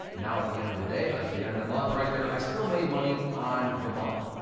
now, at the end of the day, at the end of the month, right there, i still made money on the month,